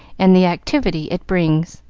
and the activity it brings.